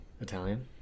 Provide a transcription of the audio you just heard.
Italian